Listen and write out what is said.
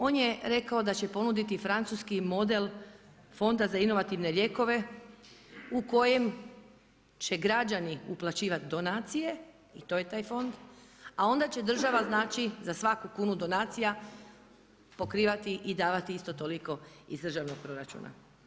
On je rekao da će ponuditi francuski model Fonda za inovativne lijekove u kojem će građani uplaćivati donacije i to je taj fond, a onda će država znači za svaku kunu donacija pokrivati i davati isto toliko iz državnog proračuna.